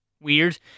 weird